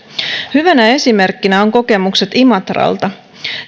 hyvänä esimerkkinä ovat kokemukset imatralta